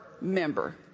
member